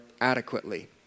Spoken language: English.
Adequately